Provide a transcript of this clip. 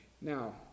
Now